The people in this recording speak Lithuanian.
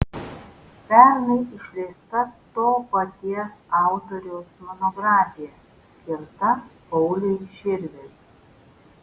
pernai išleista to paties autoriaus monografija skirta pauliui širviui